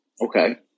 Okay